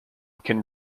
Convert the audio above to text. can